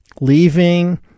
leaving